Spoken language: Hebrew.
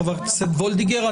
חברת הכנסת וולדיגר.